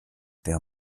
der